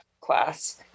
class